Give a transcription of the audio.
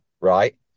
right